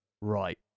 right